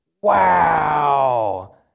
wow